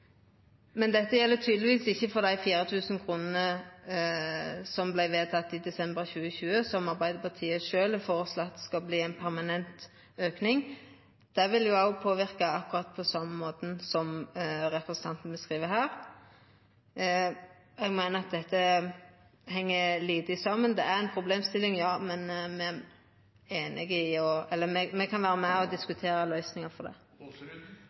Men dette gjeld tydelegvis ikkje for dei 4 000 kr som vart vedtekne i desember 2020, som Arbeidarpartiet sjølv har føreslått skal verte ein permanent auke. Det ville òg påverka, akkurat på same måten som representanten beskriv her. Eg meiner at dette heng lite saman. Det er ei problemstilling, ja, men me kan vera med og diskutera løysingar på det.